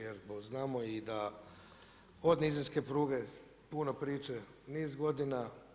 Jer znamo i da od nizinske pruge puno priče niz godina.